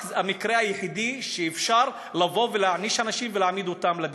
רק זה המקרה היחיד שאפשר לבוא ולהעניש אנשים ולהעמיד אותם לדין.